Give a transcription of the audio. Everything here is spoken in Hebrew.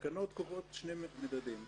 קובעות שני מדדים,